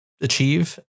achieve